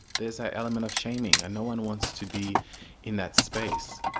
there's an element of shaming and no one wants to be in that space,